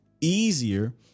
easier